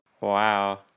Wow